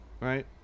Right